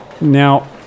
Now